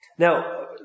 Now